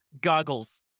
goggles